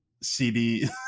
CD